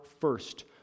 first